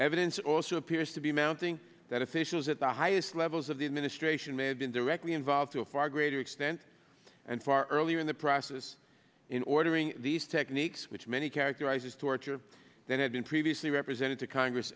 evidence also appears to be mounting that officials at the highest levels of the administration may have been directly involved to a far greater extent and far earlier in the process in ordering these techniques which many characterize as torture that had been previously represented to congress